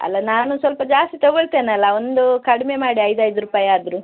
ಅಲ್ಲ ನಾನು ಸ್ವಲ್ಪ ಜಾಸ್ತಿ ತೊಗೊಳ್ತೇನಲ್ಲ ಒಂದು ಕಡಿಮೆ ಮಾಡಿ ಐದು ಐದು ರೂಪಾಯಾದ್ರು